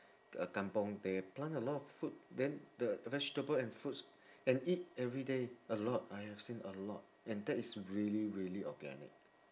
uh kampung they plant a lot food then the the vegetables and fruits and eat everyday a lot I have seen a lot and that is really really organic